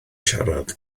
siarad